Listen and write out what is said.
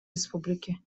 республики